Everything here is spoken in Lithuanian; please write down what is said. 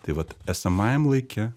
tai vat esamajam laike